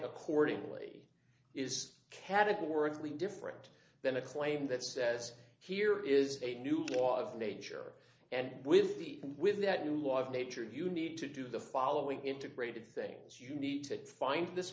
accordingly is categorically different than a claim that says here is a new law of nature and with the with that new law of nature of you need to do the following integrated things you need to find this